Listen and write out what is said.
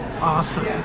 awesome